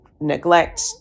neglect